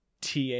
TA